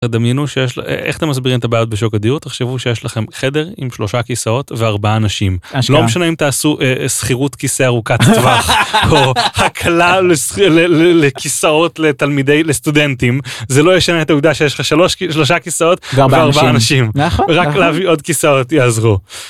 תדמיינו שיש ל... איך אתה מסביר את הבעיות בשוק הדיור? תחשבו שיש לכם חדר עם שלושה כיסאות וארבעה אנשים לא משנה אם תעשו סחירות כיסא ארוכת טווח או הקלה לכיסאות לתלמידי, לסטודנטים זה לא ישנה את העובדה שיש לך שלושה כיסאות וארבעה אנשים רק להביא עוד כיסאות יעזרו.